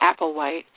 Applewhite